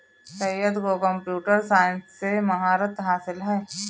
सैयद को computer science में महारत हासिल है